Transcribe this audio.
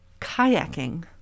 Kayaking